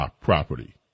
property